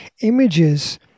images